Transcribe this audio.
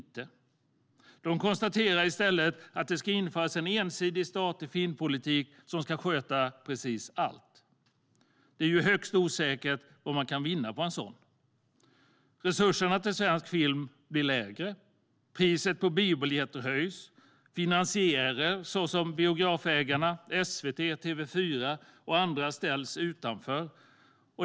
Minoriteten konstaterar i stället att det ska införas en ensidig, statlig filmpolitik som ska sköta precis allt. Det är ju högst osäkert vad man kan vinna på en sådan. Resurserna till svensk film blir mindre, och priset på biobiljetter höjs. Finansiärer såsom biografägarna, SVT, TV4 och andra ställs utanför.